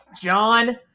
john